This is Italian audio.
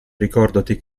ricordati